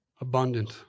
abundant